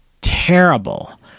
terrible